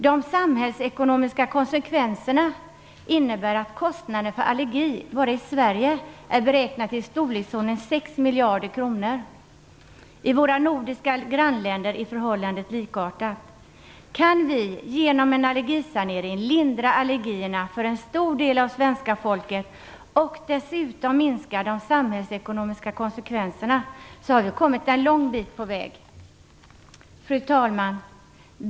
De samhällsekonomiska konsekvenserna innebär att kostnaden för allergi bara i Sverige är beräknad till storleksordningen 6 miljarder kronor. I våra nordiska grannländer är förhållandet likartat. Kan vi med hjälp av en allergisanering lindra allergierna för en stor del av svenska folket, och dessutom minska de samhällsekonomiska konsekvenserna, har vi kommit en lång bit på väg. Fru talman!